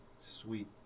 sweet